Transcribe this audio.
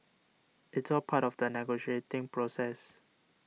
it's all part of the negotiating process